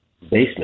basement